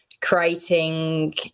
creating